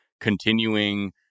continuing